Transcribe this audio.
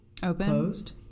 closed